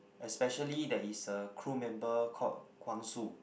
especially there is a crew member called Kwang-Soo